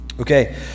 Okay